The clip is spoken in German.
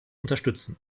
unterstützen